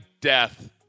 death